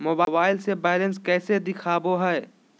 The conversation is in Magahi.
मोबाइल से बायलेंस कैसे देखाबो है?